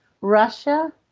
Russia